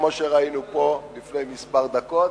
כמו שראינו פה לפני כמה דקות,